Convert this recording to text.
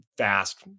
fast